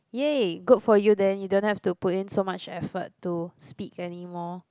yay good for you then you don't have to put in so much effort to speak anymore